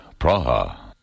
Praha